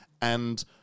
and-